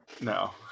No